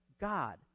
God